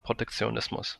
protektionismus